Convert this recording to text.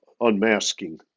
unmasking